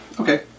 Okay